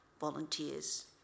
volunteers